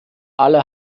alle